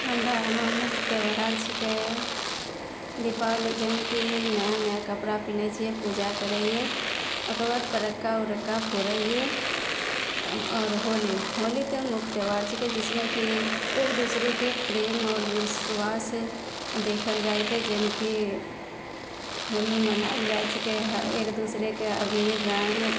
हमरा इहाँ मुख्य त्योहार छिकै दीपावली जाहिमेकि नया नया कपड़ा पिन्है छिए पूजा करै हिए ओकरबाद फटक्का उटक्का फोड़ै हिए आओर होली होली तऽ मुख्य त्योहार छिकै जिसमेकि एक एकदोसराके प्रेम आओर विश्वास देखल जाइके जाहिमेकि होली मनाएल जाइ छिकै एकदोसराके अबीर रङ्ग